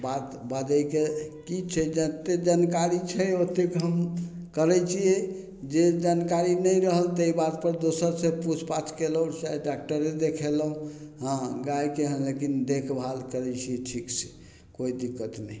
बात बजयके की छै जते जनकारी छै ओतेक हम करय छियै जे जानकारी नहि रहल तै बातपर दोसरसँ पूछ पाछ कयलहुँ डाक्टरे देखेलहुँ हँ गायके लेकिन देखभाल करय छियै ठीकसँ कोइ दिक्कत नहि